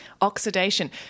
Oxidation